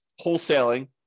wholesaling